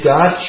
God